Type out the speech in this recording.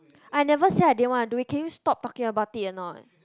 I never say I didn't wanna do it can you stop talking about it a not